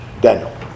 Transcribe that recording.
Daniel